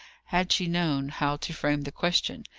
had she known how to frame the question.